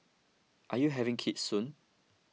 are you having kids soon